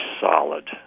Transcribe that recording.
solid